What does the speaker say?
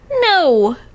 No